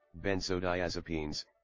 benzodiazepines